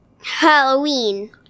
Halloween